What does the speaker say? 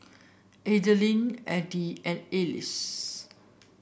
Adilene Edie and Alys